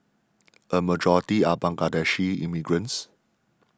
a majority are Bangladeshi immigrants